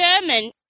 German